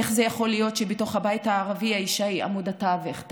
איך יכול להיות שבתוך הבית הערבי האישה היא עמוד התווך,